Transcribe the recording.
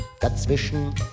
dazwischen